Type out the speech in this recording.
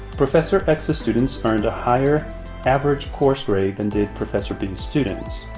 prof. so ecks's students earned a higher average course grade than did prof. bee's students.